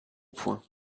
points